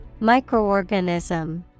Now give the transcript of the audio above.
Microorganism